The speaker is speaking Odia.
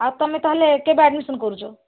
ଆଉ ତମେ ତା'ହେଲେ କେବେ ଆଡ଼୍ମିଶନ କରୁଛ